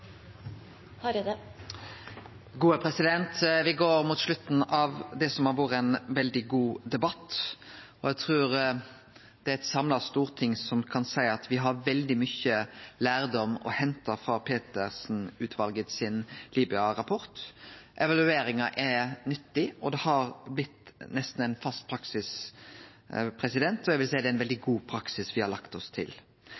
eit samla storting som kan seie at me har veldig mykje lærdom å hente av Libya-rapporten frå Petersen-utvalet. Evalueringa er nyttig, og det har nesten blitt ein fast praksis – og eg vil seie det er ein veldig